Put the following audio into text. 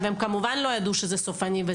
הם כמובן לא ידעו שזה סופני.